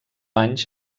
anys